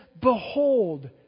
Behold